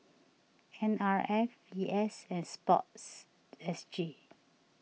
N R F V S and Sports S G